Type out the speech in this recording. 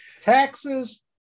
taxes